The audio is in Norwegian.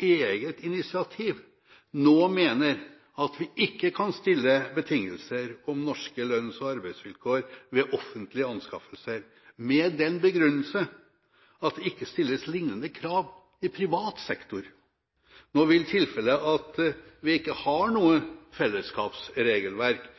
eget initiativ nå mener at vi ikke kan stille betingelser om norske lønns- og arbeidsvilkår ved offentlige anskaffelser, med den begrunnelse at det ikke stilles liknende krav i privat sektor. Nå vil tilfellet at vi ikke har noe fellesskapsregelverk